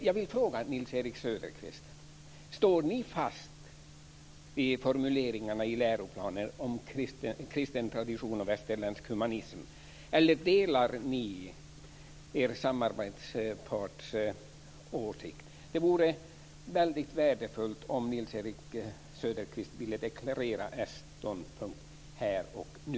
Jag vill fråga Nils-Erik Söderqvist: Står ni fast vid formuleringarna i läroplanen om kristen tradition och västerländsk humanism, eller delar ni er samarbetsparts åsikt? Det vore väldigt värdefullt om Nils Erik Söderqvist ville deklarera socialdemokraternas ståndpunkt här och nu.